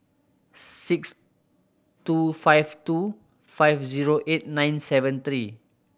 six two five two five zero eight nine seven three